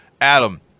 Adam